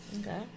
Okay